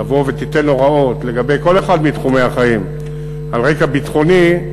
תבוא ותיתן הוראות לגבי כל אחד מתחומי החיים על רקע ביטחוני,